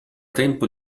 tempo